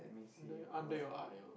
under under your eye or